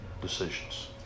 decisions